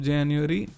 January